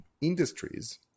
industries